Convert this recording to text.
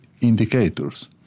indicators